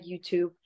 YouTube